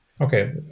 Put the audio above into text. Okay